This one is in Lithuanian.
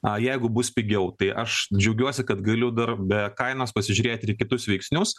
a jeigu bus pigiau tai aš džiaugiuosi kad galiu dar be kainos pasižiūrėt ir į kitus veiksnius